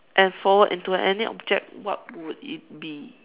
and forward into any object what would it be